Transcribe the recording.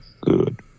good